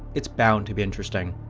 it's bound to be interesting.